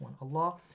Allah